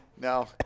no